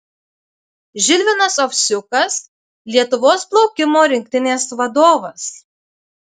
žilvinas ovsiukas lietuvos plaukimo rinktinės vadovas